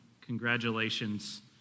Congratulations